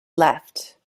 left